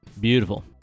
beautiful